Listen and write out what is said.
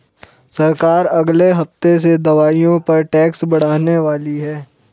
सरकार अगले हफ्ते से दवाइयों पर टैक्स बढ़ाने वाली है